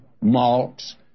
malts